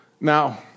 Now